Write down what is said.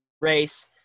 race